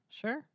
sure